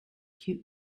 cute